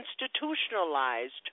institutionalized